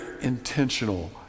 intentional